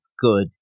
good